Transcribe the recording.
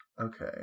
Okay